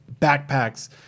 backpacks